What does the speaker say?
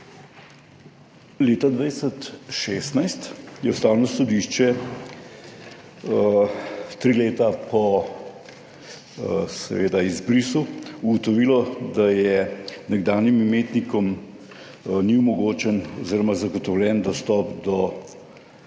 Leta 2016 je Ustavno sodišče tri leta po izbrisu ugotovilo, da nekdanjim imetnikom ni omogočen oziroma zagotovljen dostop do